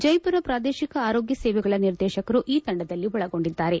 ಜೈಪುರ ಪ್ರಾದೇಶಿಕ ಆರೋಗ್ಯ ಸೇವೆಗಳ ನಿರ್ದೇಶಕರು ಈ ತಂಡದಲ್ಲಿ ಒಳಗೊಂಡಿದ್ದಾರೆ